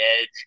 edge